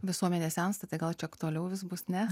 visuomenė sensta tai gal čia aktualiau vis bus ne